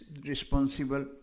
responsible